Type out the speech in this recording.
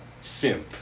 Simp